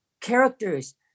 characters